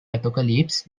apocalypse